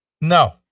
No